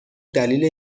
دلیل